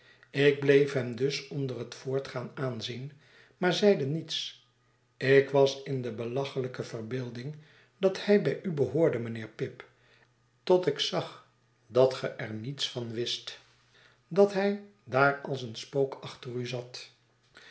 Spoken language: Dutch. ik bleefhemdus onder het voortgaan aanzien maar zeide niets ik was in de belachelijke verbeelding dat hij bij u behoorde mijnheer pip tot ik zag dat ge er niets van wist dat hij daar als een spook achter u zat